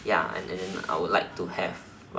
ya and then I would like to have